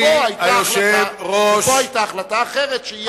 פה היתה החלטה אחרת.